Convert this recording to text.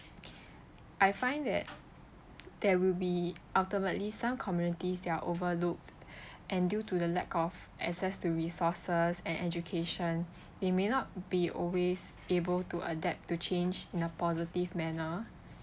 I find that there will be ultimately some communities that are overlooked and due to the lack of access to resources and education they may not be always able to adapt to change in a positive manner